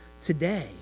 today